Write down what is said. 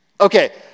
Okay